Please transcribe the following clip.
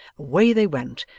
away they went,